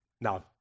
Now